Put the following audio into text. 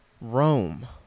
Rome